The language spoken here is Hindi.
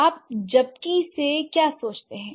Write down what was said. आप जबकि से क्या सोचते हैं